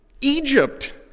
Egypt